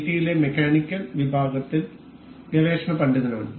ടിയിലെ mechanical വിഭാഗത്തിൽ ഗവേഷണ പണ്ഡിതനാണ്